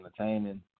entertaining